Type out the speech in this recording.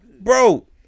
Bro